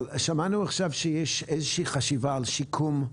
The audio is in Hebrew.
אבל שמענו עכשיו שיש איזושהי חשיבה על שיקום.